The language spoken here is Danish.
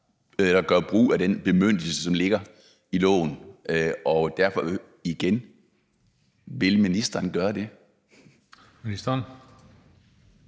at gøre brug af den bemyndigelse, som ligger i loven. Og derfor, igen: Vil ministeren gøre det? Kl.